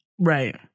Right